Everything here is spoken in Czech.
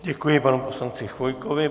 Děkuji panu poslanci Chvojkovi.